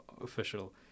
official